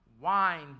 wine